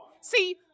See